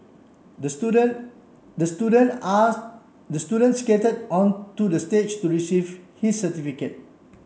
the student the student are the student skated on to the stage to receive his certificate